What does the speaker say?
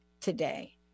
today